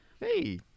Hey